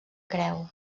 creu